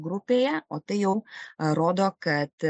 grupėjeo tai jau rodo kad